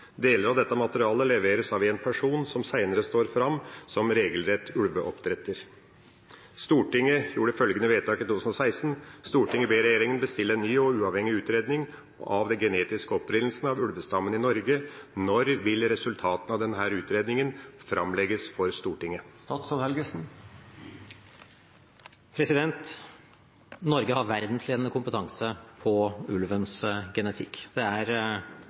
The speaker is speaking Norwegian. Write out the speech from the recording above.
Deler av dette materialet leveres av en person som senere står fram som regelrett ulveoppdretter. Stortinget gjorde følgende vedtak i 2016: «Stortinget ber regjeringen bestille en ny uavhengig utredning av den genetiske opprinnelsen til ulvestammen i Norge.» Når vil resultatet av denne utredningen framlegges for Stortinget? Norge har verdensledende kompetanse på ulvens genetikk. Det er